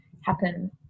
happen